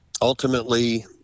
ultimately